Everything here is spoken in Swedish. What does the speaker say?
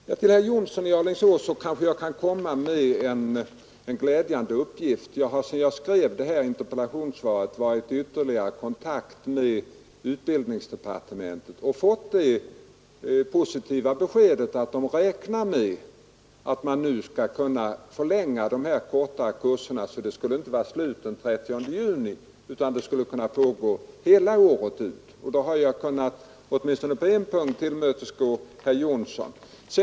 Till herr Jonsson i Alingsås vill jag komma med en glädjande uppgift. Jag har sedan jag skrev mitt interpellationssvar varit i ytterligare kontakt med utbildningsdepartementet och fått det positiva beskedet att man där räknar med att kunna förlänga de yrkesinriktade kurserna. Dessa kurser som skulle vara avslutade senast den 30 juni 1973 kommer att kunna pågå hela året ut. Jag har därmed åtminstone på en punkt kunnat tillmötesgå herr Jonsson.